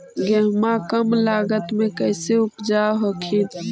गेहुमा कम लागत मे कैसे उपजाब हखिन?